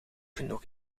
genoeg